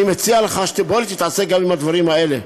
אני מציע לך, בוא תתעסק גם בדברים האלה.